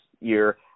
year